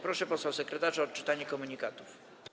Proszę posła sekretarza o odczytanie komunikatów.